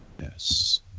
Yes